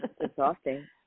exhausting